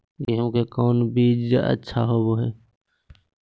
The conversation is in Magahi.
गेंहू के कौन बीज अच्छा होबो हाय?